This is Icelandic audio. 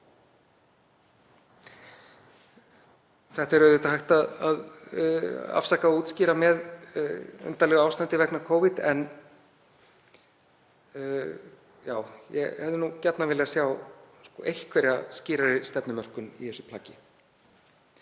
Það er auðvitað hægt að afsaka og útskýra með undarlegu ástandi vegna Covid en ég hefði gjarnan viljað sjá einhverja skýrari stefnumörkun í þessu plaggi.